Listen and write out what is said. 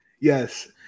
Yes